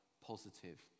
positive